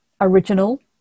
Original